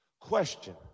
Question